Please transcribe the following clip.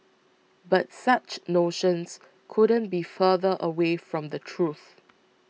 but such notions couldn't be further away from the truth